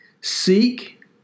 Seek